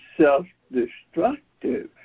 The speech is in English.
self-destructive